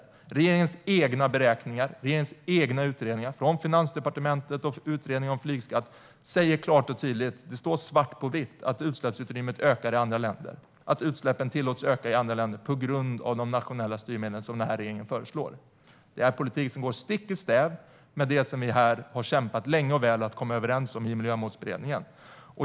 I regeringens egna beräkningar från Finansdepartementet och i utredningen om flygskatt står det svart på vitt att utsläppen tillåts öka i andra länder på grund av de nationella styrmedel som regeringen föreslår. Det är politik som går stick i stäv med det som vi har kämpat länge och väl för att komma överens om i Miljömålsberedningen.